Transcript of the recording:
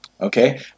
Okay